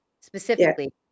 specifically